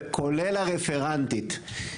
וכולל הרפרנטית.